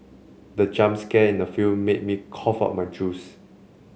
the jump scare in the film made me cough out my juice